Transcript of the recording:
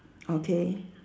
okay